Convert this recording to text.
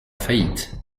faillite